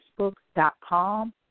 facebook.com